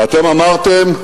ואתם אמרתם: